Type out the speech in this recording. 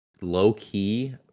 low-key